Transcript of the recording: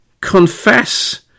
confess